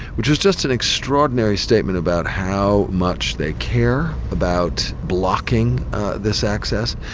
which was just an extraordinary statement about how much they care about blocking this access.